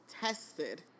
tested